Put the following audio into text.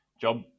job